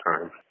time